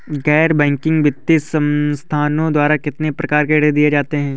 गैर बैंकिंग वित्तीय संस्थाओं द्वारा कितनी प्रकार के ऋण दिए जाते हैं?